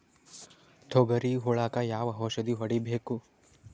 ತೊಗರಿ ಹುಳಕ ಯಾವ ಔಷಧಿ ಹೋಡಿಬೇಕು?